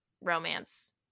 romance